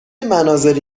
مناظری